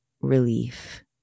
relief